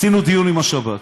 עשינו דיון עם השב"כ.